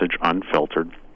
unfiltered